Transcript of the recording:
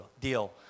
deal